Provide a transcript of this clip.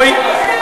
רואים,